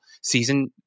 season